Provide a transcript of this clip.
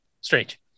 Strange